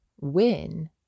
win